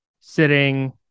sitting